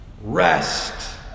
Rest